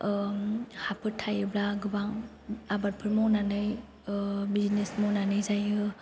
हाफोर थायोब्ला गोबां आबादफोर मावनानै बिजनेस मावनानै जायो